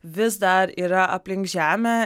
vis dar yra aplink žemę